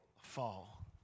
fall